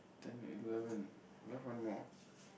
ten eleven left one more